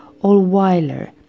Allweiler